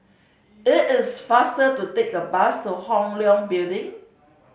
it is faster to take the bus to Hong Leong Building